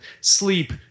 sleep